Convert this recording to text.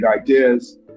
ideas